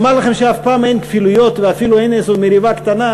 לומר לכם שאף פעם אין כפילויות ואפילו אין איזו מריבה קטנה,